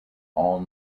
all